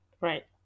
right